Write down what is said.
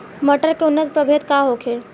मटर के उन्नत प्रभेद का होखे?